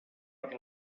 per